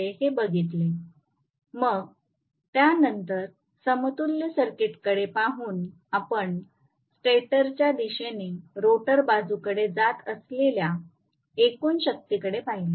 हे बघितले मग त्यानंतर समतुल्य सर्किटकडे पाहून आपण स्टेटरच्या दिशेने रोटर बाजूकडे जात असलेल्या एकूण शक्तीकडे पाहिले